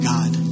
God